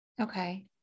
Okay